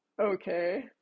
Okay